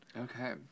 Okay